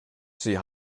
sie